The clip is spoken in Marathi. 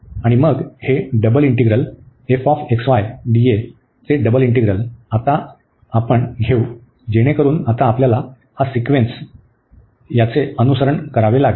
आणि मग हे चे डबल इंटीग्रल आपण आता घेऊ जेणेकरून आता आपल्याला हा सिक्वेन्स चे अनुसरण करावे लागेल